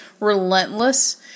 relentless